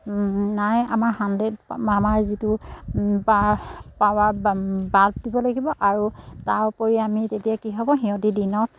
নাই আমাৰ হাণ্ড্ৰেড আমাৰ যিটো পাৱাৰ বাল্ব দিব লাগিব আৰু তাৰ উপৰি আমি তেতিয়া কি হ'ব সিহঁতি দিনত